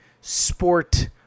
sport